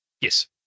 Yes